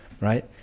Right